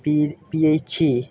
पी पियै छी